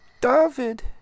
David